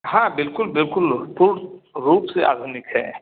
हाँ बिल्कुल बिल्कुल पूर्ण रूप से आधुनिक है